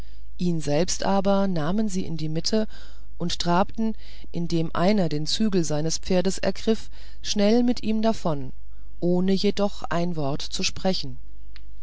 ihn selbst aber nahmen sie in die mitte und trabten indem einer den zügel seines pferdes ergriff schnell mit ihm davon ohne jedoch ein wort zu sprechen